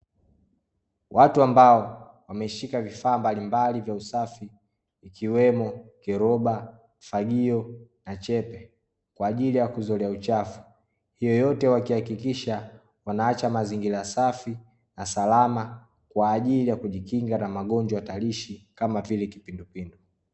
Watu ambao wameshika vifaa mbalimbali vya usafi, ikiwemo kiroba, fagio na chepe, kwa ajili ya kuzolea uchafu. Hiyo yote wakihakikisha wanaacha mazingira safi na salama, kwa ajili ya kujikinga na magonjwa hatarishi kama vile kipindupindu.